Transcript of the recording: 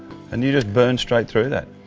and you just burn straight through that?